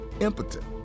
impotent